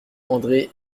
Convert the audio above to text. andré